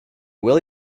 will